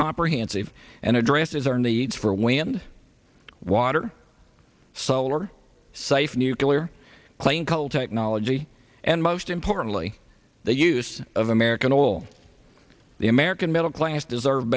comprehensive and addresses our needs for wind water solar safe nuclear clean coal technology and most importantly the use of american oil the american middle class deserve